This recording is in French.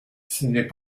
c’est